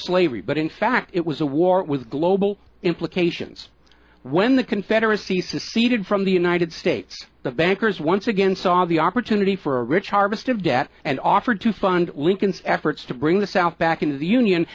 slavery but in fact it was a war with global implications when the confederacy seceded from the united states the bankers once again saw the opportunity for a rich harvest of debt and offered to fund lincoln's efforts to bring the south back into the union